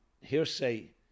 hearsay